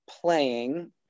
playing